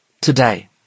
today